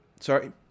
Sorry